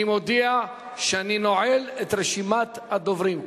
אני מודיע שאני נועל את רשימת הדוברים.